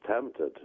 tempted